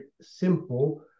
simple